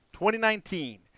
2019